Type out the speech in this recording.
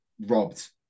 robbed